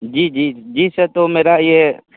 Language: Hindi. जी जी जी सर तो मेरा ये